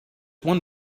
one